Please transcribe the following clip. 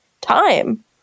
time